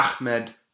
Ahmed